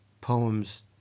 poems